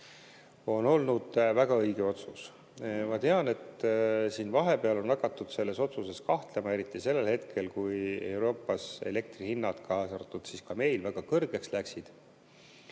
on olnud väga õige. Ma tean, et siin vahepeal hakati selles otsuses kahtlema, eriti sel hetkel, kui Euroopas elektrihinnad, kaasa arvatud meil, väga kõrgeks läksid.